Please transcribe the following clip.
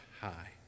high